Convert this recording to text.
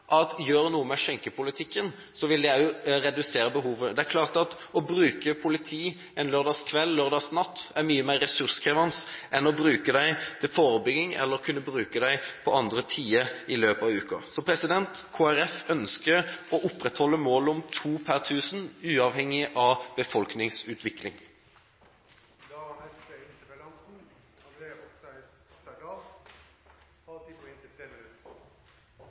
at gjør en noe med skjenkepolitikken, vil det redusere behovet. Det er klart at det å bruke politi en lørdagskveld, en lørdagsnatt, er mye mer ressurskrevende enn å bruke dem til forebygging eller kunne bruke dem på andre tider i løpet av uka. Kristelig Folkeparti ønsker å opprettholde målet om to per 1 000, uavhengig av